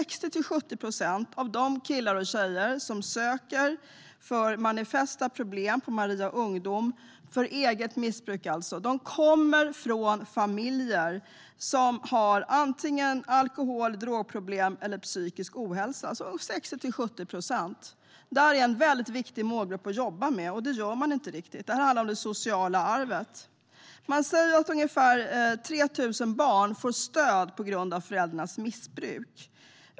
60-70 procent av de killar och tjejer som söker på Maria Ungdom för manifesta problem, alltså för eget missbruk, kommer från familjer som har antingen alkohol och drogproblem eller psykisk ohälsa. Det är alltså 60-70 procent. Det är en mycket viktig målgrupp att jobba med, och det gör man inte riktigt. Detta handlar om det sociala arvet. Man säger att ungefär 3 000 barn får stöd på grund av föräldrarnas missbruk.